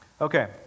Okay